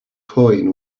coin